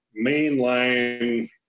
mainline